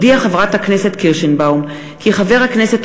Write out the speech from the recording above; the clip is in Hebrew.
חברת הכנסת פניה קירשנבאום הודיעה כי חבר הכנסת